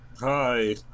Hi